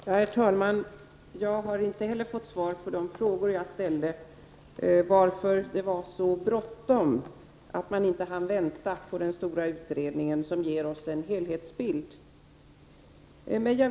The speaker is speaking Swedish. Herr talman! Inte heller jag har fått svar på de frågor som jag ställde. Varför är det så bråttom, att man inte hinner vänta på den stora utredningen som ger oss en helhetsbild?